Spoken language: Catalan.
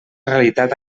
realitat